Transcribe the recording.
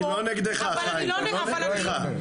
היא לא נגדך, חיים.